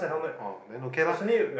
oh then okay lah